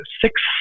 six